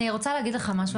אני רוצה להגיד לך משהו,